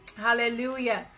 Hallelujah